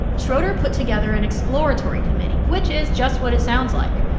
schroeder put together an exploratory committee, which is just what it sounds like.